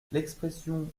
l’expression